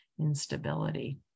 instability